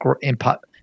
impact